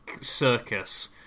circus